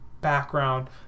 background